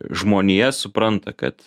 žmonija supranta kad